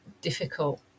difficult